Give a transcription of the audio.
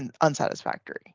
unsatisfactory